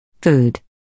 food